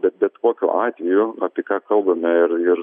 bet bet kokiu atveju apie ką kalbame ir ir